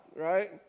right